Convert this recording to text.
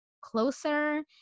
closer